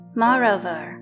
moreover